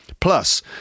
Plus